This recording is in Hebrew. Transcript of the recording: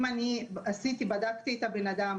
אם אני בדקתי את הבן-אדם,